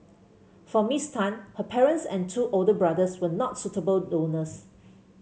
for Miss Tan her parents and two older brothers were not suitable donors